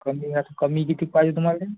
कमी असं कमी किती पाहिजे तुम्हाला